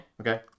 Okay